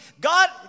God